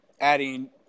adding